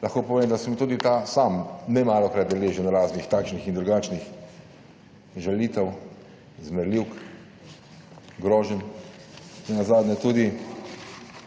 Lahko povem, da sem tudi ta sam nemalokrat deležen raznih takšnih in drugačnih žalitev, zmerljivk, groženj. Nenazadnje tudi